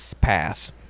pass